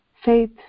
Faith